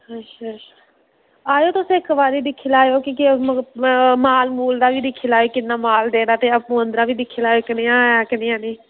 आएओ तुस इक बारी दिक्खी लैओ की के माल मूल दा बी दिक्खी लैओ किन्ना माल देना ते आपूं अंदरां बी दिक्खी लैओ कनेहा ऐ कनेहा नेईं